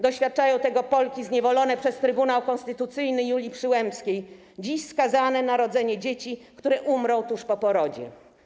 Doświadczają tego Polki zniewolone przez Trybunał Konstytucyjny Julii Przyłębskiej, dziś skazane na rodzenie dzieci, które umrą tuż po porodzie.